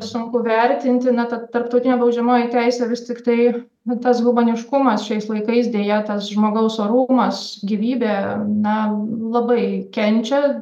sunku vertinti na ta tarptautinė baudžiamoji teisė vis tiktai mitas humaniškumas šiais laikais deja tas žmogaus orumas gyvybė na labai kenčia